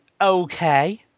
okay